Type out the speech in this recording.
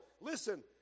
Listen